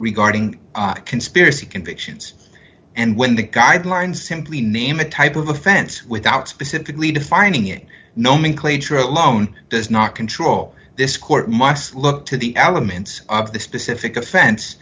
regarding conspiracy conviction and when the guidelines simply name a type of offense without specifically defining your nomenclature alone does not control this court must look to the elements of the specific offense